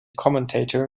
commentator